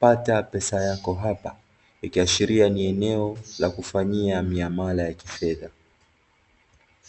pata pesa yako hapa" ikiashiria ni eneo la kufanyia miamala ya kifedha.